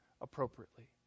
appropriately